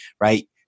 right